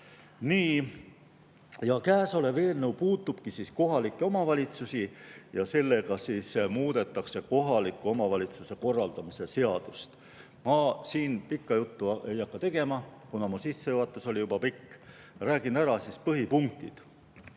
Nii. Käesolev eelnõu puudutabki kohalikke omavalitsusi ja sellega muudetakse kohaliku omavalitsuse korraldamise seadust. Ma siin pikka juttu ei hakka tegema, kuna mu sissejuhatus oli juba pikk, räägin ära põhipunktid.